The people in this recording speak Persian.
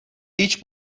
هیچ